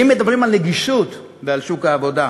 ואם מדברים על נגישות, ועל שוק העבודה,